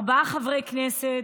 ארבעה חברי כנסת,